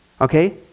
okay